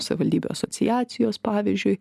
savivaldybių asociacijos pavyzdžiui